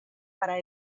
para